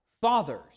fathers